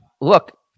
Look